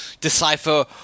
decipher